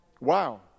wow